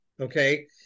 Okay